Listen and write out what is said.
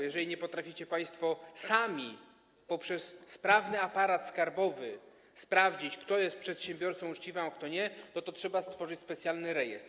Jeżeli nie potraficie państwo sami poprzez sprawny aparat skarbowy sprawdzić, kto jest przedsiębiorcą uczciwym, a kto nie, to trzeba stworzyć specjalny rejestr.